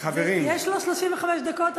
יש לו 35 דקות,